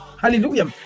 Hallelujah